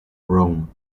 rome